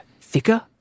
thicker